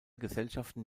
gesellschaften